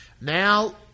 now